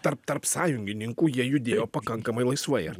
tarp tarp sąjungininkų jie judėjo pakankamai laisvai ar